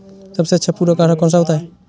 सबसे अच्छा पूरक आहार कौन सा होता है?